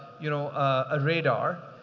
you know, a radar.